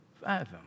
fathom